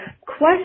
question